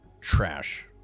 trash